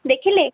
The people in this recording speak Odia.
ଦେଖିଲେ